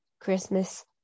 Christmas